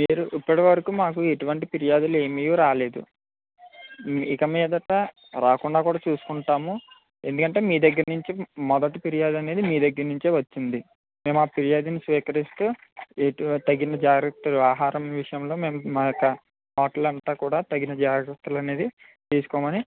మీరు ఇప్పటివరకు మాకు ఎటువంటి ఫిర్యాదులు ఏమియూ రాలేదు ఇక మీదట రాకుండా కూడా చూసుకుంటాము ఎందుకంటే మీ దగ్గర నుంచి మొదటి ఫిర్యాదనేది మీ దగ్గర నుంచే వచ్చింది మేము ఆ ఫిర్యాదుని స్వీకరిస్తూ ఎటువం తగిన జాగ్రత్త ఆహారం విషయంలో మేము మా యొక్క హోటల్ అంతా కూడా తగిన జాగ్రత్తలు అనేది తీసుకోమని